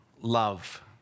love